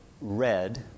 red